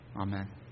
amen